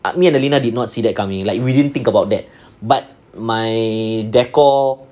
me and alina did not see that coming like we didn't think about that but my decor